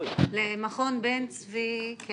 אני